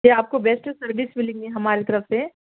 جی آپ کو best service ملیں گی ہمارے طرف سے